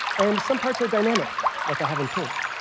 and some parts are dynamic, like i have in pink.